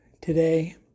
today